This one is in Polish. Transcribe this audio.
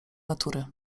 natury